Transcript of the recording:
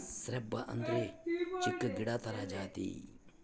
shrub ಅಂದ್ರೆ ಚಿಕ್ಕು ಗಿಡ ತರ ಜಾತಿ